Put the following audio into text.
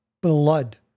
blood